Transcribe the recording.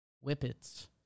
Whippets